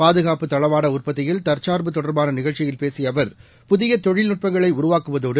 பாதுகாப்புத் தளவாட உற்பத்தியில் தற்கார்பு தொடர்பான நிகழ்ச்சியில் பேசிய அவர் புதிய தொழில் நட்பங்களை உருவாக்குவதோடு